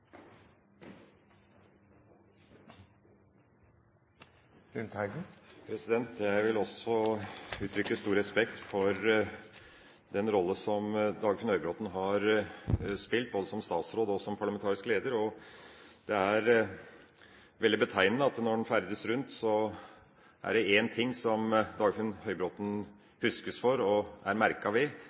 Jeg vil også uttrykke stor respekt for den rolle som Dagfinn Høybråten har spilt både som statsråd og som parlamentarisk leder. Det er veldig betegnende at når en ferdes rundt omkring, er det én ting som Dagfinn Høybråten huskes for og merker seg ut ved, nemlig røykeforbudet. Mange av oss er